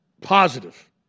positive